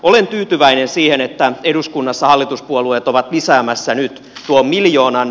olen tyytyväinen siihen että eduskunnassa hallituspuolueet ovat lisäämässä nyt tuon miljoonan